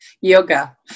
Yoga